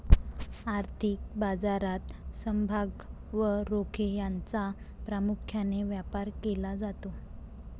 आर्थिक बाजारात समभाग व रोखे यांचा प्रामुख्याने व्यापार केला जातो